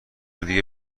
دیگه